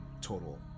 total